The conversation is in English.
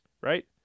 right